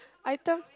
item